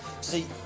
See